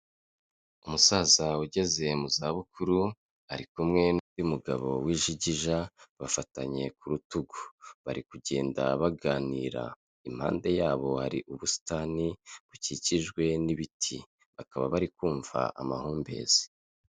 Umusaza wawe ugeze mu za bukuru, ari kumwe n'undi mugabo w'ijigija bafatanye ku rutugu. Bari kugenda baganira impande ya bo hari ubusitani bukikijwe n'ibiti bakaba bari kumva amahumbezi.